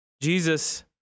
Jesus